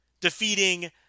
defeating